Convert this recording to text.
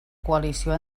coalició